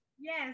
Yes